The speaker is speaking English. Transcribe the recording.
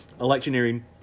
electioneering